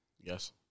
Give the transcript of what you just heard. Yes